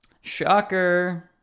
Shocker